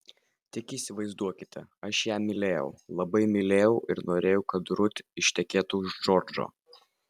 tik įsivaizduokite aš ją mylėjau labai mylėjau ir norėjau kad rut ištekėtų už džordžo